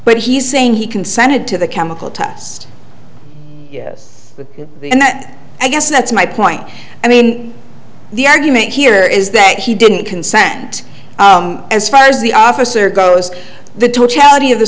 but he's saying he consented to the chemical test and that i guess that's my point i mean the argument here is that he didn't consent as far as the officer goes the totality of the